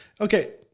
okay